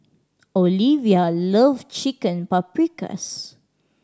Olevia love Chicken Paprikas